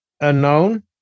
unknown